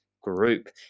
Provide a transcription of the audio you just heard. group